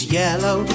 yellow